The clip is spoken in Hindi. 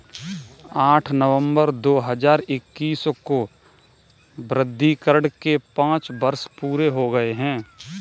आठ नवंबर दो हजार इक्कीस को विमुद्रीकरण के पांच वर्ष पूरे हो गए हैं